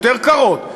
יותר נמוכות?